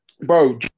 bro